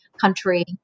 country